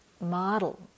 model